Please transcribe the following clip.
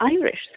Irish